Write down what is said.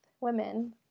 women